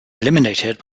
eliminated